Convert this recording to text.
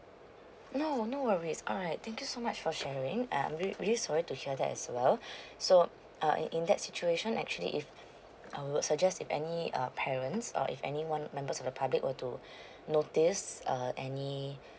no no worries alright thank you so much for sharing um I really sorry to hear that as well so uh in that situation actually if I would suggest if any uh parents or if any one of members of the public were to notice uh any uh